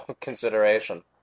consideration